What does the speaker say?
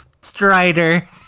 Strider